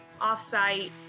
offsite